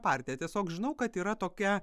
partiją tiesiog žinau kad yra tokia